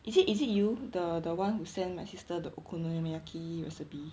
is it is it you the the one who sent my sister the okonomiyaki recipe